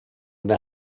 una